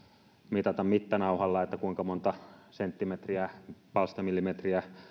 mitata sitä kuinka monta senttimetriä palstamillimetriä